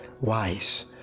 wise